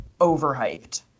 overhyped